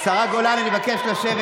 השרה גולן, אני מבקש לשבת.